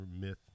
myth